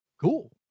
Cool